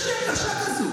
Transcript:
יש לי הרגשה כזאת.